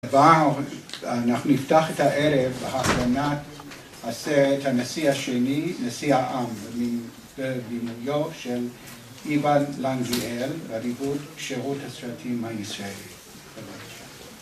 ואנחנו נפתח את הערב בהחלונת הסרט הנשיא השני, נשיא העם בבימויו של איבן לנגיאל, רביבות שירות הסרטים הישראלי